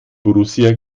borussia